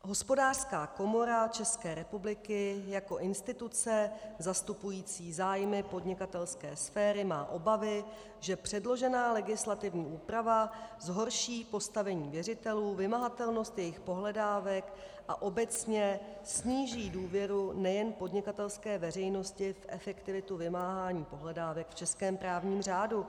Hospodářská komora České republiky jako instituce zastupující zájmy podnikatelské sféry má obavy, že předložená legislativní úprava zhorší postavení věřitelů, vymahatelnost jejich pohledávek a obecně sníží důvěru nejen podnikatelské veřejnosti v efektivitu vymáhání pohledávek v českém právním řádu.